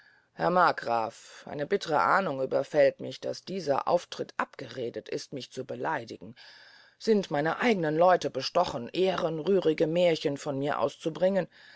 herr markgraf eine bittre ahndung überfällt mich daß dieser auftritt abgeredet sey mich zu beleidigen sind meine eignen leute bestochen ehrenrührige mährchen von mir auszubringen